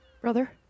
brother